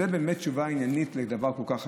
זו באמת תשובה עניינית על דבר כל כך חשוב?